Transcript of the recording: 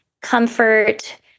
comfort